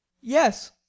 yes